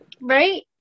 Right